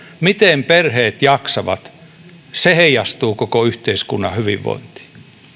miten perheet jaksavat heijastuu koko yhteiskunnan hyvinvointiin